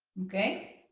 okay?